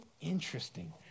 interesting